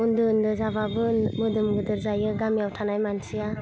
उन्दु उन्दु जाबाबो मोदोम गेदेर जायो गामियाव थानाय मानसिया